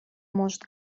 может